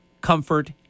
comfort